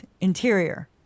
interior